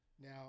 now